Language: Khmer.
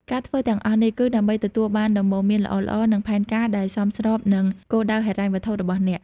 ការធ្វើទាំងអស់នេះ គឺដើម្បីទទួលបានដំបូន្មានល្អៗ និងផែនការដែលសមស្របនឹងគោលដៅហិរញ្ញវត្ថុរបស់អ្នក។